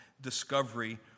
discovery